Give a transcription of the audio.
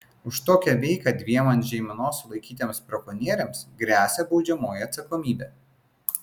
už tokią veiką dviem prie žeimenos sulaikytiems brakonieriams gresia baudžiamoji atsakomybė